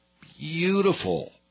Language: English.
beautiful